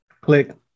Click